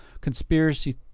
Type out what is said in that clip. conspiracy